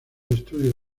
estudios